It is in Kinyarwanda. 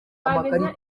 amakarita